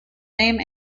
name